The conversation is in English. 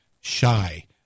shy